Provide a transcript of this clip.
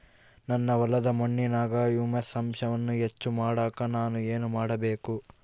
ನನ್ನ ಹೊಲದ ಮಣ್ಣಿನಾಗ ಹ್ಯೂಮಸ್ ಅಂಶವನ್ನ ಹೆಚ್ಚು ಮಾಡಾಕ ನಾನು ಏನು ಮಾಡಬೇಕು?